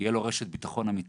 תהיה לו רשת ביטחון אמיתית